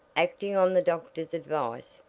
acting on the doctor's advice,